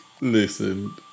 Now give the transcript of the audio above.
listen